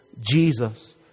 Jesus